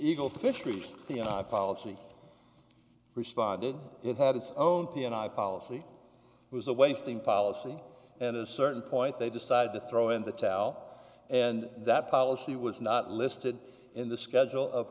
eagle fisheries policy responded it had its own p and i policy was a wasting policy and a certain point they decided to throw in the towel and that policy was not listed in the schedule of